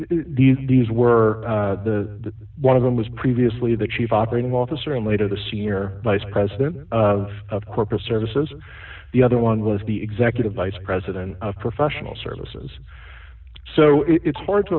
contract these were the one of them was previously the chief operating officer and later the senior vice president of corporate services the other one was the executive vice president of professional services so it's hard to